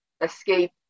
escape